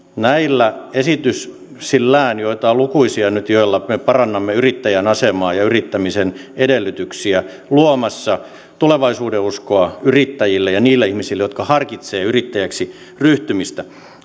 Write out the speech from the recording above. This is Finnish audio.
näillä esityksillään joita on lukuisia nyt joilla me parannamme yrittäjän asemaa ja yrittämisen edellytyksiä luomassa tulevaisuudenuskoa yrittäjille ja niille ihmisille jotka harkitsevat yrittäjäksi ryhtymistä